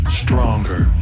stronger